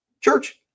Church